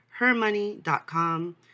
HerMoney.com